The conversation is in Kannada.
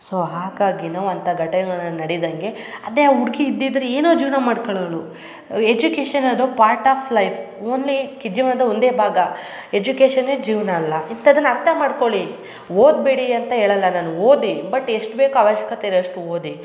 ಸೋ ಹಾಗಾಗಿ ನಾವ್ ಅಂತ ಘಟನೆಗಳು ನಡಿದಂಗೆ ಅದೇ ಆ ಹುಡ್ಗಿ ಇದ್ದಿದ್ದರೆ ಏನೋ ಜೀವನ ಮಾಡ್ಕೊಳವ್ಳು ಎಜುಕೇಷನ್ ಅದು ಪಾಟ್ ಆಫ್ ಲೈಫ್ ಓನ್ಲಿ ಕಿ ಜೀವನದ ಒಂದೇ ಭಾಗ ಎಜುಕೇಶನೇ ಜೀವನ ಅಲ್ಲ ಇಂಥದನ್ನು ಅರ್ಥ ಮಾಡ್ಕೊಳ್ಳಿ ಓದಬೇಡಿ ಅಂತ ಹೇಳಲ್ಲ ನಾನು ಓದಿ ಬಟ್ ಎಷ್ಟು ಬೇಕು ಆವಶ್ಕತೆ ಇರೋವಷ್ಟು ಓದಿ